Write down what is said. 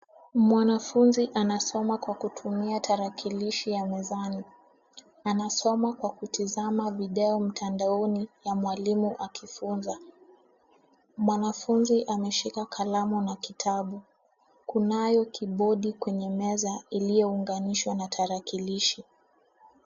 Mwanafunzi anasoma kwa kutumia tarakilishi ya mezani anasoma kwa kutizama video mtandaoni ya mwalimu akifunza. Mwanafunzi ameshika kalamu na kitabu. Kunayo kibodi kwenye meza iliyounganishwa na tarakilishi.